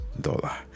dollar